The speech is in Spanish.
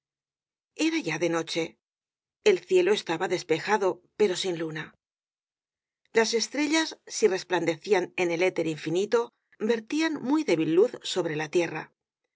era ya de noche el cielo estaba despejado pero sin luna las estrellas si resplandecían en el éter infinito vertían muy débil luz sobre la tierra